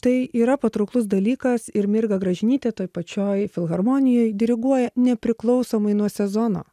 tai yra patrauklus dalykas ir mirga gražinytė toj pačioj filharmonijoj diriguoja nepriklausomai nuo sezono